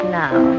now